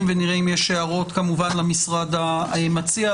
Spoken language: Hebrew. ונראה אם יש הערות כמובן למשרד המציע,